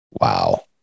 Wow